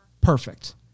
perfect